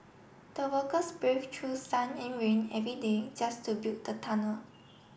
the workers brave to sun and rain every day just to build the tunnel